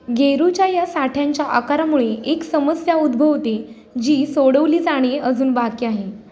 गेरूच्या या साठ्यांच्या आकारामुळे एक समस्या उद्भवते जी सोडवली जाणे अजून बाकी आहे